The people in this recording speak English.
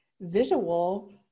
visual